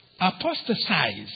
apostatized